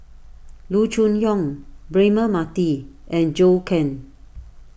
Loo Choon Yong Braema Mathi and Zhou Can